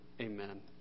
amen